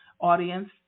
audience